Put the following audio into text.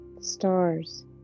Stars